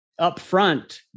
upfront